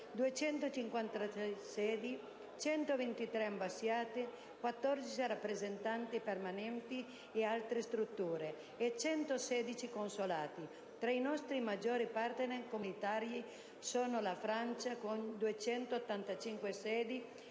253 sedi (123 ambasciate, 14 rappresentanze permanenti e altre strutture e 116 consolati). Tra i nostri maggiori *partner* comunitari, solo la Francia con 258 sedi